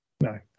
no